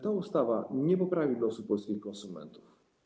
Ta ustawa nie poprawi losu polskich konsumentów.